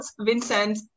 Vincent